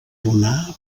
donà